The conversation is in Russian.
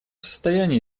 состоянии